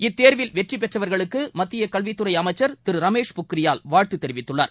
இத்தேர்வில் வெற்றி பெற்றவர்களுக்கு மத்திய கல்வித்துறை அமைச்சர் திரு ரமேஷ் பொக்ரியால் வாழ்த்து தெரிவித்துள்ளார்